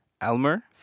Elmer